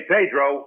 Pedro